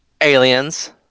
Aliens